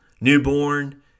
newborn